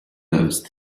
those